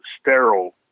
sterile